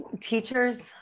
Teachers